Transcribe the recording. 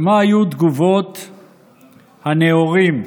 ומה היו תגובות הנאורים?